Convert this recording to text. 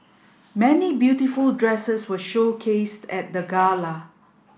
many beautiful dresses were showcased at the gala